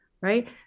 right